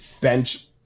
bench